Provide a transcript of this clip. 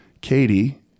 Katie